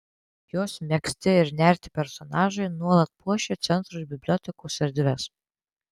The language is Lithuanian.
jos megzti ir nerti personažai nuolat puošia centro ir bibliotekos erdves